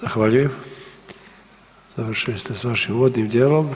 Zahvaljujem, završili ste s vašim uvodnim dijelo.